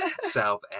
South